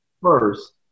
First